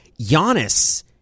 Giannis